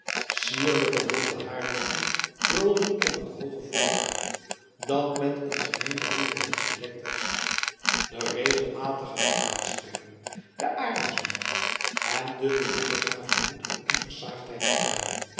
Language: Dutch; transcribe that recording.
sierlijke blonde haarlokken krulden om het hooge voorhoofd dat met een gemeene boerenmuts bedekt was de regelmatige gelaatstrekken de arendsneus en dunne lippen gaven moed en onversaagdheid te kennen